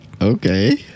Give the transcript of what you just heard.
okay